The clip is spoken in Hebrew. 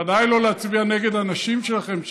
ודאי לא להצביע נגד אנשים שלכם,